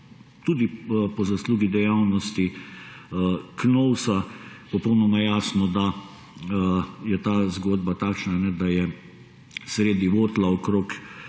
tudi po zaslugi dejavnosti Knovsa popolnoma jasno, da je ta zgodba takšna, da je na sredi votla, okrog